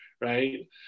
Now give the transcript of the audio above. right